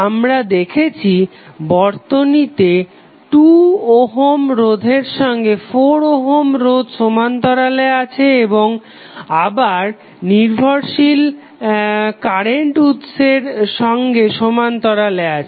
আমরা দেখছি বর্তনীতে 2 ওহম রোধের সঙ্গে 4 ওহম রোধ সমান্তরালে আছে এবং এরা আবার নির্ভরশীল কারেন্ট উৎসের সঙ্গে সমান্তরালে আছে